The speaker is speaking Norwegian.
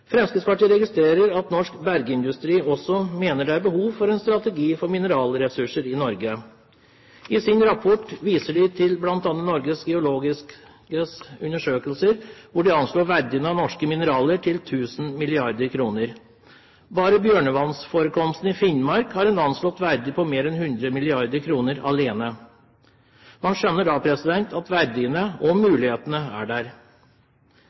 Fremskrittspartiet registrerer at norsk bergindustri også mener det er behov for en strategi for mineralressurser i Norge. I sin rapport viser de til bl.a. Norges geologiske undersøkelse, hvor de anslår verdien av norske mineraler til 1 000 mrd. kr. Bare Bjørnevatn-forekomsten i Finnmark har en anslått verdi på mer enn 100 mrd. kr alene. Man skjønner da at verdiene – og mulighetene – er der.